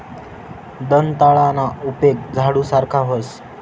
दंताळाना उपेग झाडू सारखा व्हस